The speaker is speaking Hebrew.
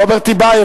רוברט טיבייב,